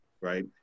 right